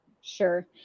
Sure